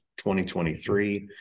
2023